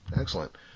excellent